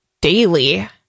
daily